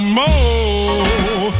more